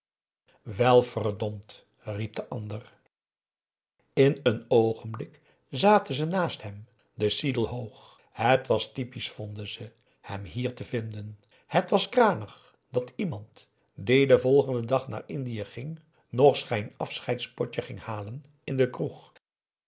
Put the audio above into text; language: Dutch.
riep de ander in een oogenblik zaten ze naast hem den seidel hoog het was typisch vonden ze hem hier te vinden het was kranig dat iemand die den volgenden dag naar indië ging nog zijn afscheidspotje ging halen in de kroeg